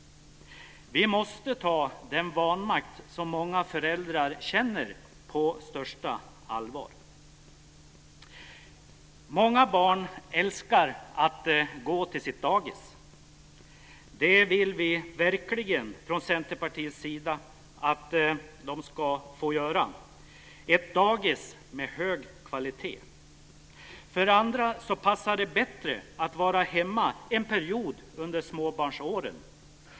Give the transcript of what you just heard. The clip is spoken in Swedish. Vi måste ta den vanmakt som många föräldrar känner med största allvar. Många barn älskar att gå till sitt dagis. Det vill vi verkligen från Centerpartiets sida att det ska de få göra, ett dagis med hög kvalitet. För andra passar det bättre att vara hemma en period under småbarnsåren.